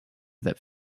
that